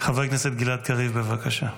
חבר הכנסת גלעד קריב, בבקשה.